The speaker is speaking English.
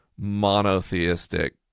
monotheistic